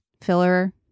filler